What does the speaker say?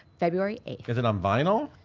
february eighth. is it on vinyl?